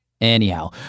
Anyhow